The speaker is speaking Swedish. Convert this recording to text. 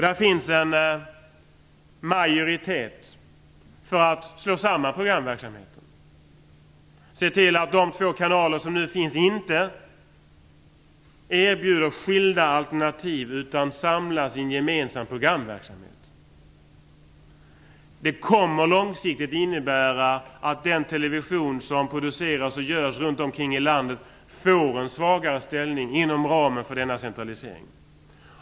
Det finns en majoritet för att slå samman programverksamheterna och för att se till att de två kanalerna inte erbjuder skilda alternativ utan samlas i en gemensam programverksamhet. Det kommer långsiktigt att innebära att den television som produceras runt om i landet får en svagare ställning inom ramen för denna centralisering.